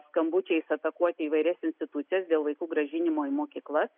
skambučiais atakuoti įvairias institucijas dėl vaikų grąžinimo į mokyklas